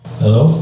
hello